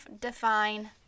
define